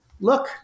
look